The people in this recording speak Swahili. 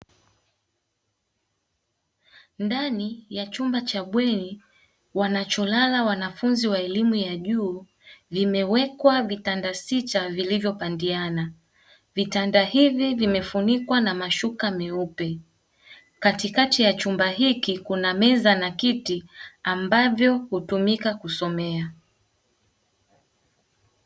Ndani ya chumba cha bweni wanacholala wanafunzi wa elimu ya juu vimewekwa vitanda sita vilivyo pandiana. Vitanda hivi vimefunikwa na mashuka meupe. Katikati ya chumba hiki kuna meza na viti ambavyo hutumika kusomea.